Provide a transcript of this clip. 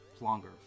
longer